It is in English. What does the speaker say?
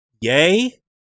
yay